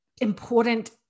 important